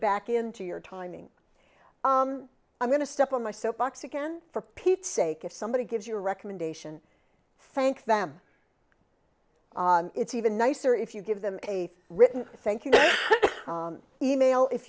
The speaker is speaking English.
back into your timing i'm going to step on my soapbox again for pete's sake if somebody gives you a recommendation thank them it's even nicer if you give them a written thank you email if